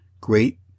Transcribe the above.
great